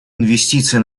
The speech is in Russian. инвестиций